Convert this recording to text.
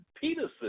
Peterson